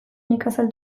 nekazal